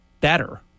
better